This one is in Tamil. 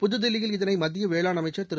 புகுதில்லியில் இதனை மக்கிய வேளாண் அமைச்சர் திரு